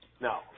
no